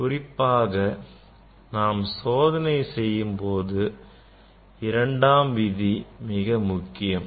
குறிப்பாக நாம் சோதனை செய்யும் போது இரண்டாம் விதி மிக முக்கியம்